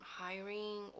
hiring